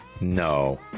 No